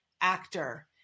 actor